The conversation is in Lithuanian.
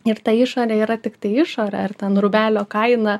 ir ta išorė yra tiktai išorė ar ten rūbelio kaina